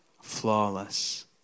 flawless